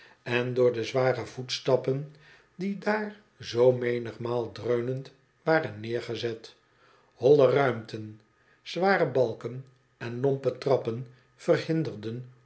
en door de zware voetstappen die daar zoo menigmaal dreunend waren neergezet holle ruimten zware balken en lompe trappen verhinderden